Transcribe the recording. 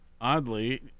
oddly